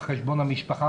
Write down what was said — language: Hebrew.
על חשבון המשפחה,